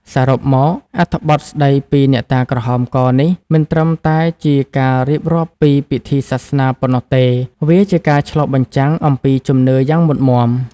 សរុបមក អត្ថបទស្តីពីអ្នកតាក្រហមកនេះ មិនត្រឹមតែជាការរៀបរាប់ពីពិធីសាសនាប៉ុណ្ណោះទេ វាជាការឆ្លុះបញ្ចាំងអំពីជំនឿយ៉ាងមុតម៉ាំ។